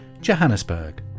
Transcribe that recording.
Johannesburg